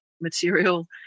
Material